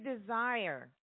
desire